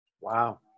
Wow